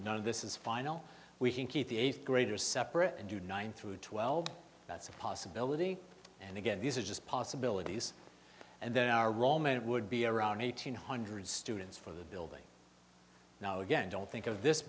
no this is final we can keep the eighth graders separate and do nine through twelve that's a possibility and again these are just possibilities and then our roll moment would be around eighteen hundred students for the building now again don't think of this